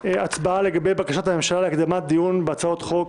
הצבעה לגבי בקשת הממשלה להקדמת דיון בהצעות חוק